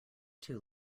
too